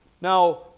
Now